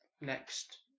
next